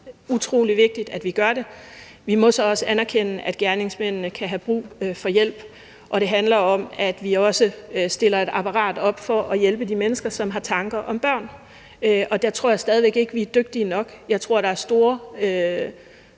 det er utrolig vigtigt, at vi gør det. Vi må så også anerkende, at gerningsmændene kan have brug for hjælp, og det handler om, at vi også stiller et apparat op for at hjælpe de mennesker, som har de tanker om børn, og der tror jeg stadig væk ikke, vi er dygtige nok. Jeg tror, der er store